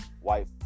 white